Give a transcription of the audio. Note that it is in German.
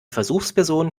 versuchsperson